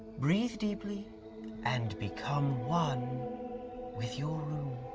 breathe deeply and become one with your